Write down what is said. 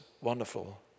wonderful